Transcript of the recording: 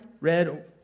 Red